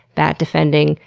bat-defending,